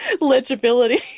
legibility